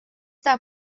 tahab